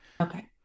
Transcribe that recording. Okay